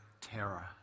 terror